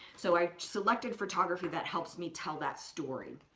so i selected photography that helps me tell that story.